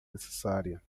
necessária